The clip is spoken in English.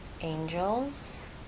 Angels